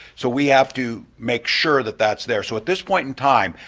so we have to make sure that that's there. so at this point in time,